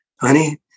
honey